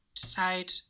decide